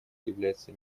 является